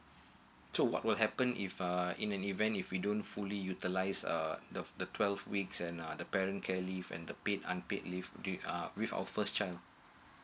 so what will happen if uh in an event if we don't fully utilize uh the the twelve weeks and uh the parent care leave and the paid unpaid leave with our first child